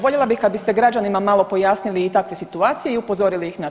Voljela bih kada biste građanima malo pojasnili i takve situacije i upozorili ih na to.